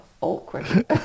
awkward